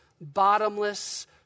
bottomless